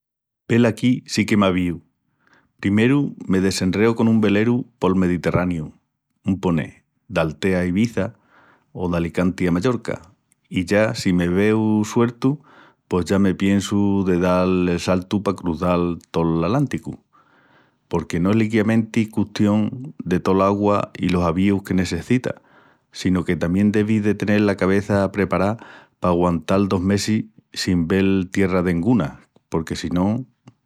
Velaquí sí que m'avíu. Primeru me desenreu con un veleru pol Mediterrániu, un ponel, d'Altea a Ibiza, o d'Alicanti a Mallorca i ya si me veu sueltu pos ya me piensu de dal el saltu pa cruzal tol Atlánticu. Porque no es liquiamenti custión de tol'augua i los avíus que nessecitas sino que tamién devis de tenel la cabeça aprepará pa aguantal dos mesis en sin vel tierra denguna porque si no...